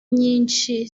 nyinshi